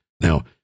Now